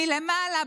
מלמעלה,